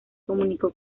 comunicó